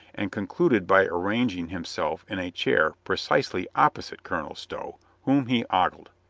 and concluded by arranging himself in a chair precisely opposite colonel stow, whom he ogled.